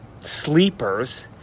sleepers